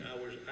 hours